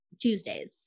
Tuesdays